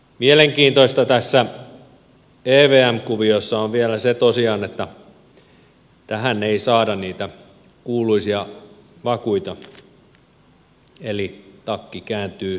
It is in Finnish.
mielenkiintoista tässä evm kuviossa on vielä se tosiaan että tähän ei saada niitä kuuluisia vakuuksia eli takki kääntyy taas kerran